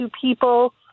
people